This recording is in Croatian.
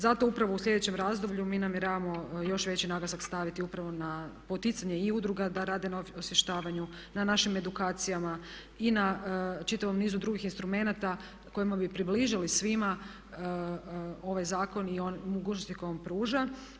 Zato upravo u sljedećem razdoblju mi namjeravamo još veći naglasak staviti na poticanje i udruga da rade na osvještavanju, na našim edukacijama i na čitavom nizu drugih instrumenata kojima bi približili svima ovaj zakon i mogućnosti koje on pruža.